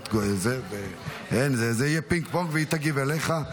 זה יהיה פינג פונג, והיא תגיב לך.